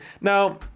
Now